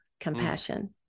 compassion